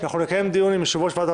אנחנו נקיים דיון עם יושב-ראש ועדת